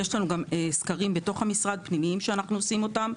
יש לנו גם סקרים פנימיים שאנחנו עושים בתוך המשרד.